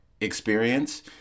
experience